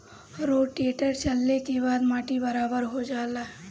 rotator चलले के बाद माटी बराबर हो जाला